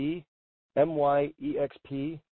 MYEXP